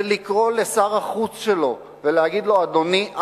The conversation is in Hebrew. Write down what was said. ולקרוא לשר החוץ שלו ולהגיד לו: אדוני,